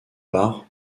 par